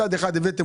מצד אחד הבאתם,